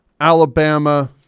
Alabama